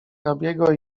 hrabiego